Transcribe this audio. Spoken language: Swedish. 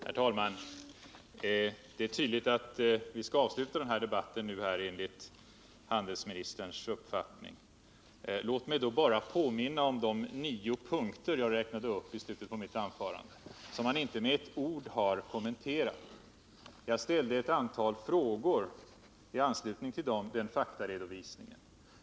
Herr talman! Det är tydligt att vi nu skall avsluta denna debatt enligt handelsministerns uppfattning. Låt mig då bara påminna om de nio punkter som jag räknade upp i slutet av mitt anförande och som han inte med ett ord har kommenterat. Jag ställde ett antal frågor i anslutning till min faktaredovisning.